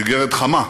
איגרת חמה,